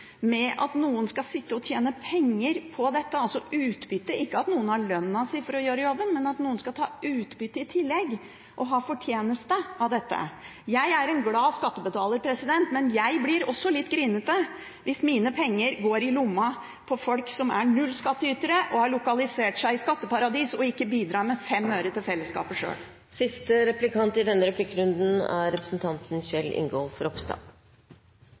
tjene penger på dette, altså ta utbytte – ikke at noen har lønn for å gjøre jobben, men at noen i tillegg skal ta utbytte og ha fortjeneste av dette? Jeg er en glad skattebetaler, men jeg blir også litt grinete hvis mine penger går i lomma på folk som er nullskattytere og har lokalisert seg i skatteparadiser, og som ikke bidrar med fem øre til fellesskapet sjøl. Jeg vil gratulere Karin Andersen med ny komité og takke for godt samarbeid da vi satt sammen i